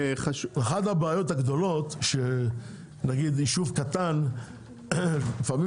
אחת הבעיות הגדולות שנגיד יישוב קטן לפעמים